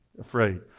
afraid